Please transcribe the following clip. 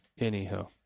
anywho